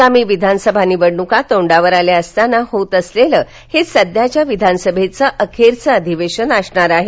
आगामी विधानसभा निवडणुका तोंडावर आल्या असताना होत असलेलं हे सध्याच्या विधानसभेच अखेरच अधिवेशन असणार आहे